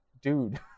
dude